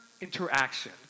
interaction